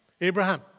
Abraham